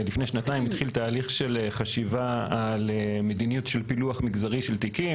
לפני שנתיים התחיל תהליך של חשיבה על מדיניות של פילוח מגזרי של תיקים.